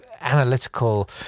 analytical